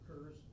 occurs